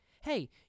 hey